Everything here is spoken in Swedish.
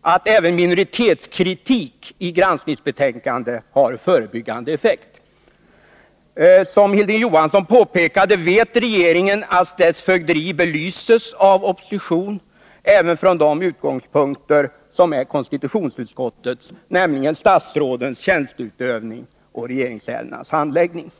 att även minoritetskritik i granskningsbetänkandet har förebyggande effekt. Som Hilding Johansson påpekade vet regeringen att dess fögderi belyses av oppositionen även från de utgångspunkter som är konstitutionsutskottets, nämligen statsrådens tjänsteutövning och regeringsärendenas handläggning.